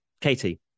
Katie